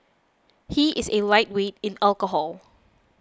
he is a lightweight in alcohol